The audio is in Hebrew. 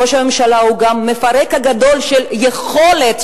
ראש הממשלה הוא גם המפרק הגדול של יכולת,